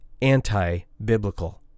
anti-biblical